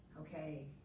okay